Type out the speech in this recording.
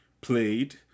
played